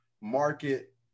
market